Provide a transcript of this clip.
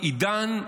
"עידן"